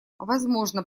возможно